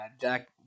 Jack